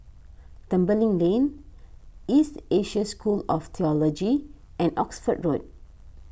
Tembeling Lane East Asia School of theology and Oxford Road